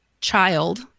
child